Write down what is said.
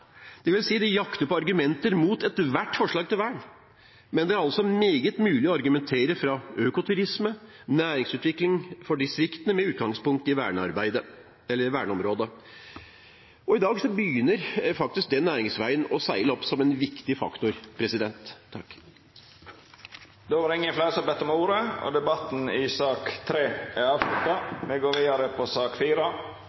De jakter på argumenter mot ethvert forslag om vern. Men det er altså meget mulig å argumentere – fra økoturisme til næringsutvikling – for distriktene med utgangspunkt i verneområdet. I dag begynner faktisk den næringsveien å seile opp som en viktig faktor. Fleire har ikkje bedt om ordet til sak nr. 3. Etter ønske frå energi- og